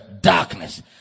darkness